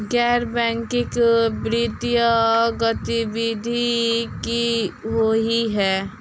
गैर बैंकिंग वित्तीय गतिविधि की होइ है?